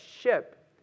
ship